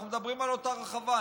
אנחנו מדברים על אותה רחבה,